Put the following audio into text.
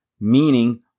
Meaning